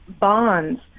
bonds